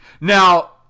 Now